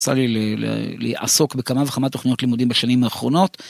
יצא לי לעסוק בכמה וכמה תוכניות לימודים בשנים האחרונות.